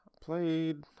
played